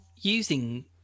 using